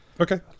Okay